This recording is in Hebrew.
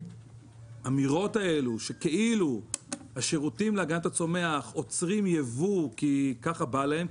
האמירות האלו שכאילו השירותים להגנת הצומח עוצרים ייבוא כי ככה בא להם,